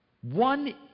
one